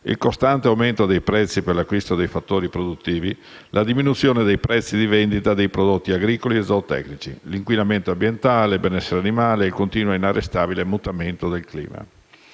il costante aumento dei prezzi per l'acquisto dei fattori produttivi, la diminuzione dei prezzi di vendita dei prodotti agricoli e zootecnici, l'inquinamento ambientale, il benessere animale e il continuo e inarrestabile mutamento del clima.